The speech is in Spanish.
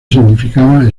significaba